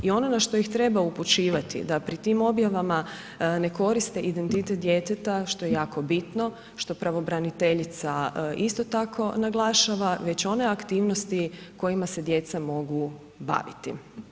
I ono na što ih treba upućivati da pri tim objavama ne koriste identitet djeteta što je jako bitno, što pravobraniteljica isto tako naglašava, već one aktivnosti kojima se djeca mogu baviti.